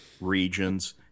regions